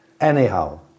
Anyhow